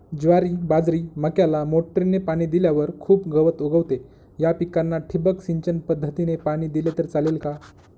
ज्वारी, बाजरी, मक्याला मोटरीने पाणी दिल्यावर खूप गवत उगवते, या पिकांना ठिबक सिंचन पद्धतीने पाणी दिले तर चालेल का?